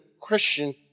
Christian